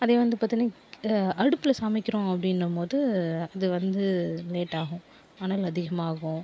அதே வந்து பார்த்தோன்னா அடுப்பில் சமைக்கிறோம் அப்படின்னும்மோது அது வந்து லேட்டாகும் அனல் அதிகமாகும்